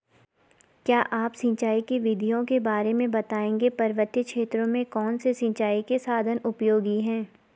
क्या आप सिंचाई की विधियों के बारे में बताएंगे पर्वतीय क्षेत्रों में कौन से सिंचाई के साधन उपयोगी हैं?